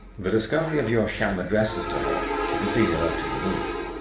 the discovery of your sham addresses to her, to conceal your love to her niece,